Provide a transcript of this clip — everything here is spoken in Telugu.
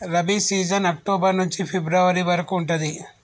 రబీ సీజన్ అక్టోబర్ నుంచి ఫిబ్రవరి వరకు ఉంటది